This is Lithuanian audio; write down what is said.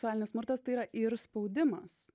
seksualinis smurtas tai yra ir spaudimas